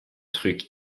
truc